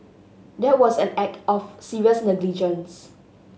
that was an act of serious negligence